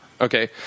okay